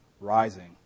rising